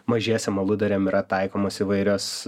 mažiesiem aludariam yra taikomos įvairios